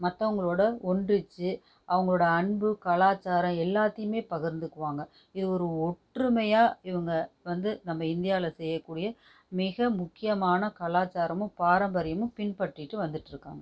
மற்றவங்களோட ஒன்றிச்சு அவங்களோடய அன்பு கலாச்சாரம் எல்லாத்தையுமே பகிர்ந்துக்குவாங்க இது ஒரு ஒற்றுமையாக இவங்க வந்து நம்ம இந்தியாவில் செய்யக்கூடிய மிக முக்கியமான கலாச்சாரமும் பாரம்பரியமும் பின்பற்றிட்டு வந்துட்டு இருக்காங்க